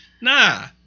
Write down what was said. nah